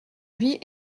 vie